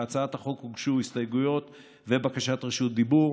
להצעת החוק הוגשו הסתייגויות ובקשת רשות דיבור.